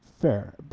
Fair